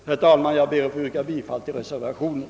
Herr talman! Jag ber att få yrka bifall till reservationen.